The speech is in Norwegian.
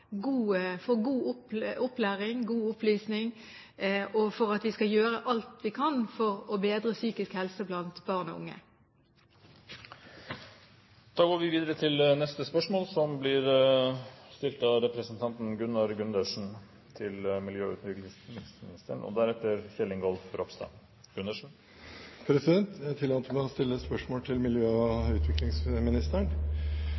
for å få god opplæring, god opplysning, og at vi skal gjøre alt vi kan for å bedre psykisk helse blant barn og unge. Jeg tillater meg å stille følgende spørsmål til miljø- og utviklingsministeren: «Det vises til skriftlig spørsmål nr. 900 for 2010–2011. Svaret var ikke tilfredsstillende og